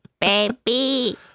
Baby